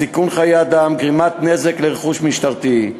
סיכון חיי אדם וגרימת נזק לרכוש משטרתי.